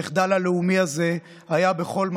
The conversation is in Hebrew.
המחדל הלאומי הזה היה בכל מקום,